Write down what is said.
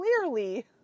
clearly